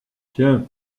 tiens